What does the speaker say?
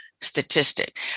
statistic